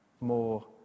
more